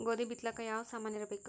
ಗೋಧಿ ಬಿತ್ತಲಾಕ ಯಾವ ಸಾಮಾನಿರಬೇಕು?